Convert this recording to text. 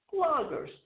bloggers